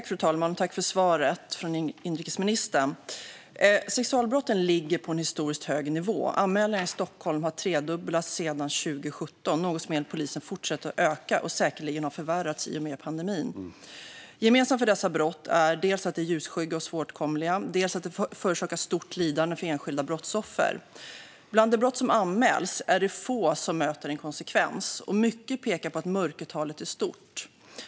Fru talman! Tack, inrikesministern, för svaret! Sexualbrotten ligger på en historiskt hög nivå. Anmälningarna i Stockholm har tredubblats sedan 2017. Detta är något som enligt polisen fortsätter att öka och som säkerligen har förvärrats i och med pandemin. Gemensamt för dessa brott är dels att de är ljusskygga och svåråtkomliga, dels att de förorsakar stort lidande för enskilda brottsoffer. Av de brott som anmäls är det få som möter en konsekvens, och mycket pekar på att mörkertalet är stort.